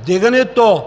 Вдигането